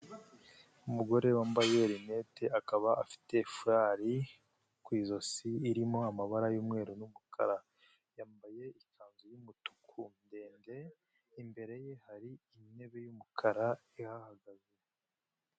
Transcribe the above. Umugore wambaye linete akaba afite fulari ku ijosi irimo amabara y'umweru n'umukara, yambaye ikanzu y'umutuku ndende, imbere ye hari intebe y'umukara ihahagaze.